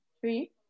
three